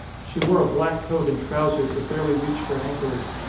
she wore a black coat and trousers that barely reached her ankles,